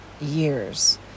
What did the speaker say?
years